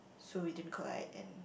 so we didn't collide and